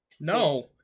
No